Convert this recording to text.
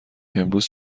امروز